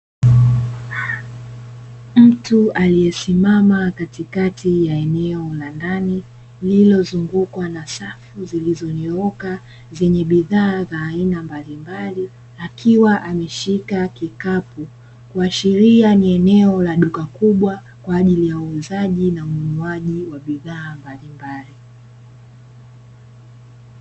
Mtu aliyesimama katikati ya eneo la ndani lililozungukwa na safu zilizizonyooka zenye bidhaa za aina mbalimbali akiwa ameshika kikapu, kuashiria ni eneo la duka kubwa kwaajili ya uuzaji na ununuaji wa bidhaa mbalimbali.